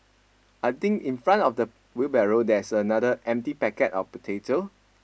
I think in front of the wheelbarrow there's another empty packet of potato